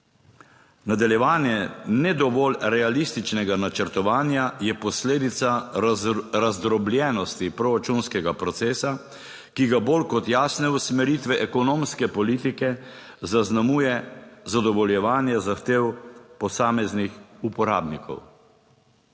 Nadaljevanje ne dovolj realističnega načrtovanja je posledica razdrobljenosti proračunskega procesa, ki ga bolj kot jasne usmeritve ekonomske politike, zaznamuje zadovoljevanje zahtev posameznih uporabnikov.